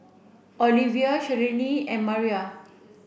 Olivia Shirlene and Mariah